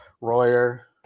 Royer